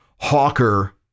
Hawker